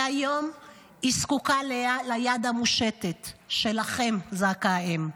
והיום היא זקוקה ליד המושטת שלכם", זעקה האם.